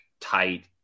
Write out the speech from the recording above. tight